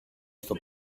στο